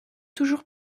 toujours